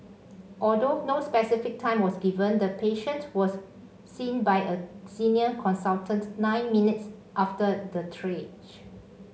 although no specific time was given the patient was seen by a senior consultant nine minutes after the triage